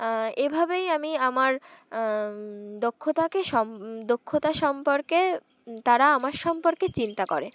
এভাবেই আমি আমার দক্ষতাকে সম দক্ষতা সম্পর্কে তারা আমার সম্পর্কে চিন্তা করে